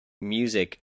music